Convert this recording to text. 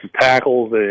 tackles